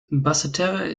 basseterre